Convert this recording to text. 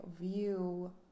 view